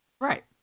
Right